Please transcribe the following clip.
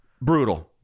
Brutal